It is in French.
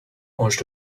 ange